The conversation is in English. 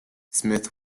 smith